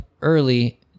early